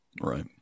Right